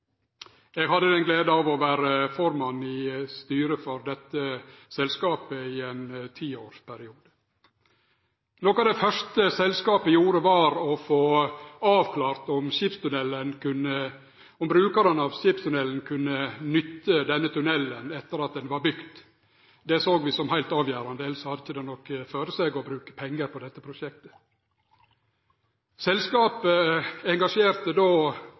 Eg hadde gleda av å vere formann i styret for dette selskapet gjennom ein tiårsperiode. Noko av det første selskapet gjorde, var å få avklart om brukarane av skipstunnelen kunne nytte denne tunnelen etter at han var bygd. Det såg vi som heilt avgjerande, elles hadde det ikkje noko føre seg å bruke pengar på prosjektet. Selskapet engasjerte då